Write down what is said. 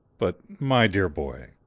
but, my dear boy,